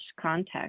context